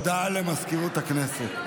להלן תוצאות ההצבעה: